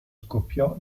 scoppiò